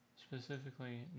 specifically